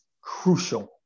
crucial